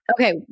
Okay